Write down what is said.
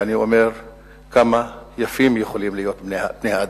ואני אומר כמה יפים יכולים להיות בני-אדם.